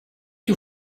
you